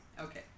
Okay